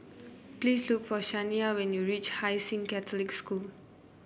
please look for Shaniya when you reach Hai Sing Catholic School